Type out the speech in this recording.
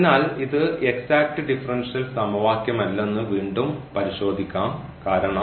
അതിനാൽ ഇത് exact differential സമവാക്യമല്ലെന്ന് വീണ്ടും പരിശോധിക്കാം കാരണം